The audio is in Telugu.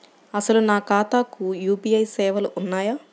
అసలు నా ఖాతాకు యూ.పీ.ఐ సేవలు ఉన్నాయా?